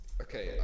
okay